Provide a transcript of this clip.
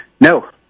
No